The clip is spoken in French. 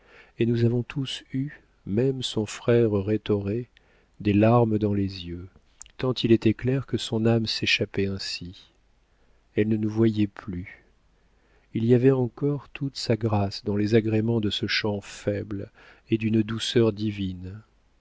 et nous avons tous eu même son frère rhétoré des larmes dans les yeux tant il était clair que son âme s'échappait ainsi elle ne nous voyait plus il y avait encore toute sa grâce dans les agréments de ce chant faible et d'une douceur divine